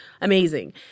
amazing